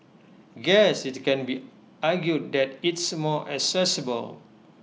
guess IT can be argued that it's more accessible